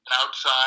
outside